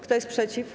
Kto jest przeciw?